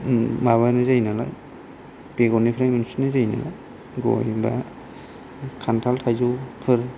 माबानाय जायो नालाय बेगरनिफ्राय मोनफिननाय जायो नालाय गय बा खान्थाल थाइजौफोर